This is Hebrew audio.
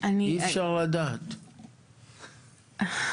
הסמכות לעסוק בסוגיות של נסיבות מחמירות,